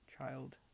child